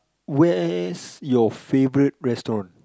where's your faourite restaurant